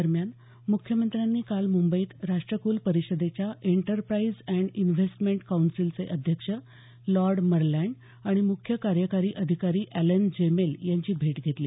दरम्यान मुख्यमंत्र्यांनी काल मुंबईत राष्ट्रकूल परिषदेच्या एंटरप्राईज एण्ड इन्व्हेस्टमेंट कौन्सिलचे अध्यक्ष लॉर्ड मरलॅण्ड आणि मुख्य कार्यकारी अधिकारी अॅलेन जेमेल यांची भेट घेतली